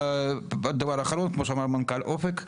דבר אחרון, כמו שאמר מנכ"ל אופק,